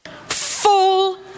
Full